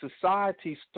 society